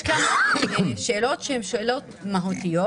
יש כמה שאלות מהותיות,